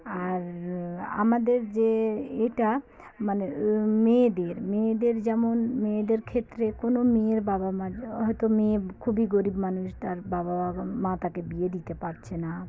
আর আমাদের যে এটা মানে মেয়েদের মেয়েদের যেমন মেয়েদের ক্ষেত্রে কোনো মেয়ের বাবা মার হয়তো মেয়ে খুবই গরিব মানুষ তার বাবা বা মা তাকে বিয়ে দিতে পারছে না